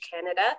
Canada